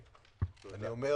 גפני,